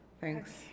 Thanks